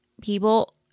people